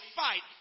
fight